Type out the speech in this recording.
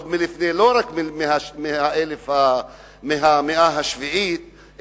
לא רק מהמאה השביעית,